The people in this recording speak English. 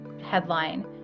headline